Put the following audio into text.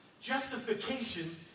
Justification